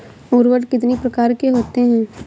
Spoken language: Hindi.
उर्वरक कितनी प्रकार के होते हैं?